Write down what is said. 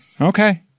Okay